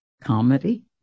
comedy